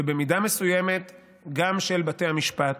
ובמידה מסוימת גם של בתי המשפט,